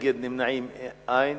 בעד, 9, נגד, אין, נמנעים, אין.